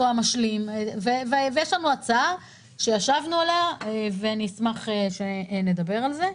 יש לנו הצעה עליה ישבנו ואני אשמח לדבר על זה.